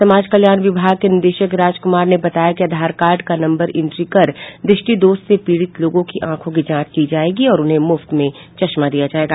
समाज कल्याण विभाग के निदेशक राज कुमार ने बताया कि आधार कार्ड का नम्बर इंटी कर द्रष्टिदोष से पीड़ित लोगों की आंखों की जांच की जायेगी और उन्हें मुफ्त में चश्मा दिया जायेगा